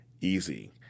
easy